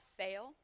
fail